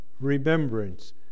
remembrance